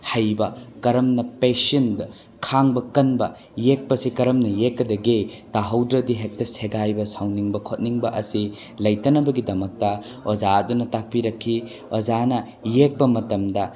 ꯍꯩꯕ ꯀꯔꯝꯅ ꯄꯦꯁꯦꯟꯗ ꯈꯥꯡꯕ ꯀꯟꯕ ꯌꯦꯛꯄꯁꯤ ꯀꯔꯝꯅ ꯌꯦꯛꯀꯗꯒꯦ ꯇꯥꯍꯧꯗ꯭ꯔꯗꯤ ꯍꯦꯛꯇ ꯁꯦꯒꯥꯏꯕ ꯁꯥꯎꯅꯤꯡꯕ ꯈꯣꯠꯅꯤꯡꯕ ꯑꯁꯤ ꯂꯩꯇꯅꯕꯒꯤꯗꯃꯛꯇ ꯑꯣꯖꯥ ꯑꯗꯨꯅ ꯇꯥꯛꯄꯤꯔꯛꯈꯤ ꯑꯣꯖꯥꯅ ꯌꯦꯛꯄ ꯃꯇꯝꯗ